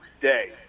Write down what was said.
day